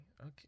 okay